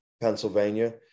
Pennsylvania